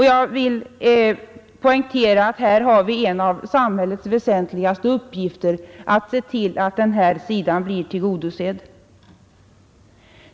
jag vill poängtera att här har vi en av samhällets väsentligaste uppgifter — att se till att den här sidan blir tillgodosedd.